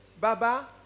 Baba